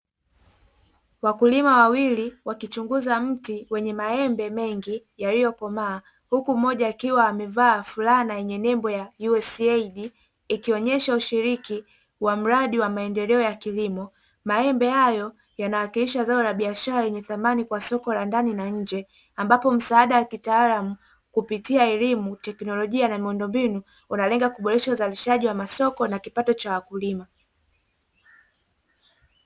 Wakulima wawili wakichunguza mti wenye maembe mengi yaliyo komaa, huku mmoja akiwa amevaa fulana yenye nembo ya "USAG" ikionyesha ushiriki wa mradi kilimo. Maembe hayo yanawakilisha zao la biashara lenye thamani kwa soko la ndani na nje ambapo msaada wa kitaalamu kupitia elimu, teknolojia na miundombinu unalenga kuboresha masoko na kipato cha wakulima.